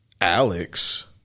Alex